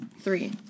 three